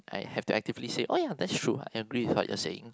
I have to actively say oh ya that's true I agree with what you're saying